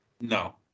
No